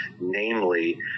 namely